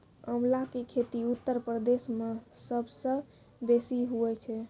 आंवला के खेती उत्तर प्रदेश मअ सबसअ बेसी हुअए छै